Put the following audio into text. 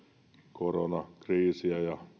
koronakriisiä ja